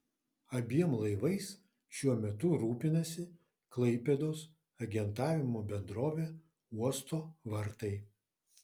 abiem laivais šiuo metu rūpinasi klaipėdos agentavimo bendrovė uosto vartai